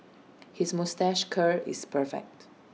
his moustache curl is perfect